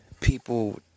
people